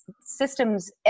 systems